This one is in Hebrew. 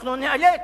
אנחנו ניאלץ,